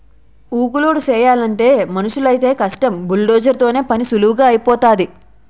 ఊక లోడు చేయలంటే మనుసులైతేయ్ కష్టం బుల్డోజర్ తోనైతే పనీసులువుగా ఐపోతాది